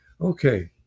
Okay